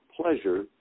pleasure